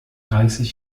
dreißig